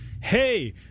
Hey